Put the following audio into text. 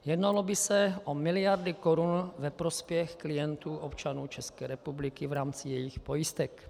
Jednalo by se o miliardy korun ve prospěch klientů, občanů České republiky, v rámci jejich pojistek.